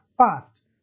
past